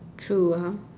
true ah